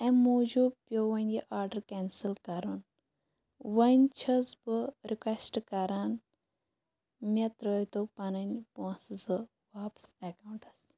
اَمہِ موٗجوٗب پیوٚو وۄنۍ یہِ آرڈر کینسل کَرُن وۄنۍ چھَس بہٕ رِکوٮ۪سٹ کران مےٚ ترٛٲیتو پنٕنۍ پونسہٕ زٕ واپَس اٮ۪کاونٹَس